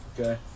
okay